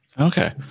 Okay